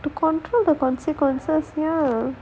to control the consequences